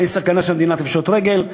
אין סכנה שהמדינה תפשוט רגל.